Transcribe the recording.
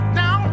now